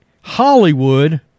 Hollywood